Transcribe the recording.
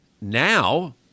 now